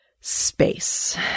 Space